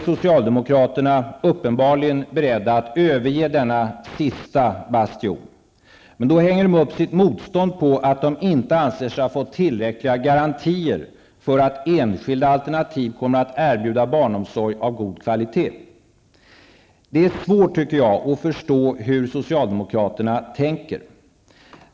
Socialdemokraterna är nu uppenbarligen beredda att överge denna sista bastion. Men då hänger de upp sitt motstånd på att de inte anser sig ha fått tillräckliga garantier för att enskilda alternativ kommer att erbjuda barnomsorg av god kvalitet. Det är svårt, tycker jag, att förstå hur socialdemokraterna tänker.